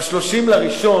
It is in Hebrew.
ב-30 בינואר,